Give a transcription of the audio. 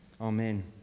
Amen